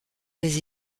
les